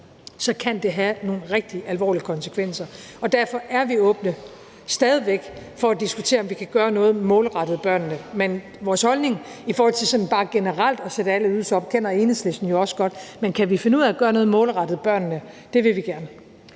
kan det have nogle rigtig alvorlige konsekvenser, og derfor er vi åbne – stadig væk – for at diskutere, om vi kan gøre noget målrettet børnene, men vores holdning i forhold til sådan bare generelt at sætte alle ydelser op kender Enhedslisten jo også godt. Men kan vi finde ud af at gøre noget målrettet børnene, vil vi gerne